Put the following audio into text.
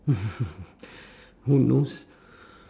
who knows